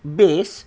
base